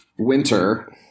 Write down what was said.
winter